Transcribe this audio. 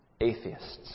atheists